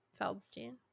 Feldstein